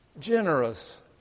generous